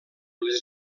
les